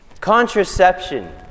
Contraception